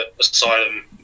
Asylum